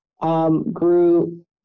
Grew